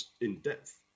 in-depth